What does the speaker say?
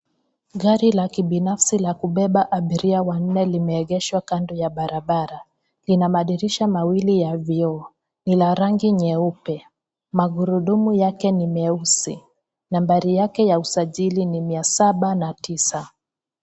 Gari la kibinafsi la kubeba abiria wanne limeegeshwa kando ya barabara. Lina madirisha mawili ya vioo ni la rangi nyupe. Magurudumu yake ni meusi. Nambari yake ya usajili ni 709.